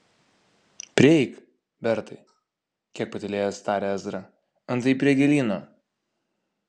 prieik bertai kiek patylėjęs tarė ezra antai ji prie gėlyno